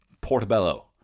Portobello